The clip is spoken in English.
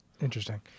Interesting